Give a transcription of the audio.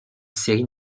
séries